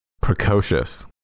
Precocious